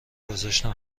گذاشتم